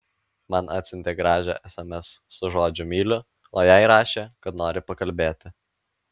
man atsiuntė gražią sms su žodžiu myliu o jai rašė kad nori pakalbėti